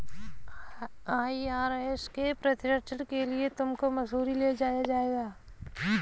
IRS के प्रशिक्षण के लिए तुमको मसूरी ले जाया जाएगा